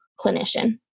clinician